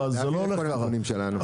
זה לא הולך ככה,